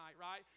right